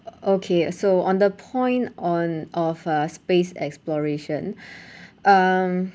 o~ okay so on the point on of uh space exploration um